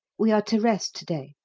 we are to rest to-day,